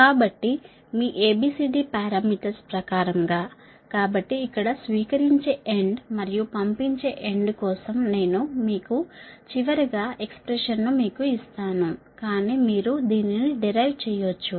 కాబట్టి మీ A B C D parameters ప్రకారం గా కాబట్టి ఇక్కడ స్వీకరించే ఎండ్ మరియు పంపించే ఎండ్ కోసం నేను మీకు చివరి గా ఎక్స్ ప్రెషన్ ను మీకు ఇస్తాను కాని మీరు దీనిని డెరైవ్ చేయొచ్చు